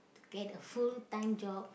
to get a full-time job